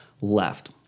left